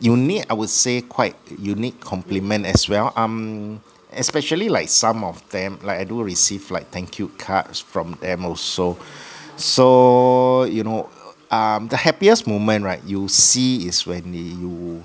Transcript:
unique I would say quite unique compliment as well um especially like some of them like I do receive like thank you cards from them also so you know um the happiest moment right you see is when they you